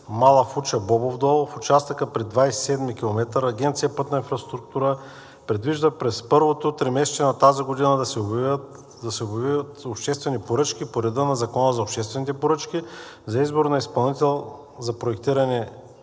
Мала Фуча – Бобов дол в участъка при 27-и км Агенция „Пътна инфраструктура“ предвижда през първото тримесечие на тази година да обяви обществени поръчки по реда на Закона за обществените поръчки за избор на изпълнител за проектиране